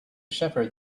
shepherd